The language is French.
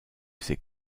ses